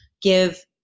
give